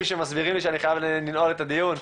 שמסבירים לי שאני חייב לנעול את הדיון,